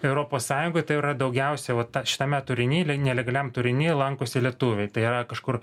europos sąjungoj tai yra daugiausiai vat ta šitame turiny nelegaliam turiny lankosi lietuviai tai yra kažkur